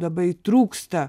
labai trūksta